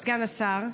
סגן השר.